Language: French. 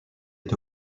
est